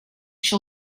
she